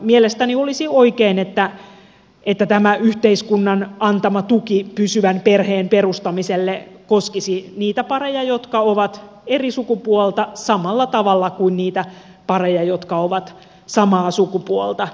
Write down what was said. mielestäni olisi oikein että tämä yhteiskunnan antama tuki pysyvän perheen perustamiselle koskisi niitä pareja jotka ovat eri sukupuolta samalla tavalla kuin niitä pareja jotka ovat samaa sukupuolta